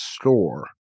store